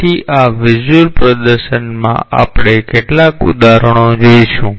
તેથી આ વિઝ્યુલ પ્રદર્શનમાં આપણે કેટલાક ઉદાહરણ જોઈશું